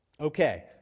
Okay